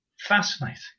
fascinating